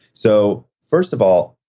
so, first of all,